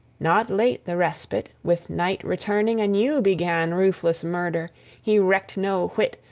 not late the respite with night returning, anew began ruthless murder he recked no whit,